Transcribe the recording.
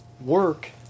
Work